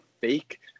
fake